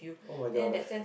[oh]-my-gosh